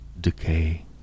decay